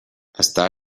està